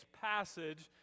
passage